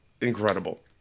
Incredible